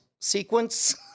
sequence